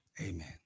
Amen